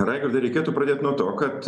raigardai reikėtų pradėt nuo to kad